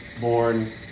born